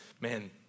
Man